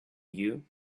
you